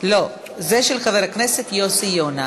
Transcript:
התשע"ה 2015, של חבר הכנסת יוסי יונה.